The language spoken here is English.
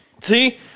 See